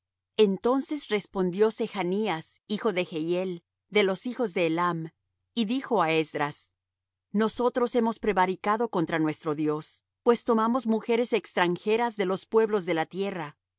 entonces respondió sechnías hijo de jehiel de los hijos elam y dijo á esdras nosotros hemos prevaricado contra nuestro dios pues tomamos mujeres extranjeras de los pueblos de la tierra